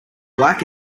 black